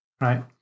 Right